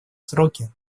сроки